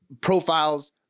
profiles